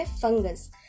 fungus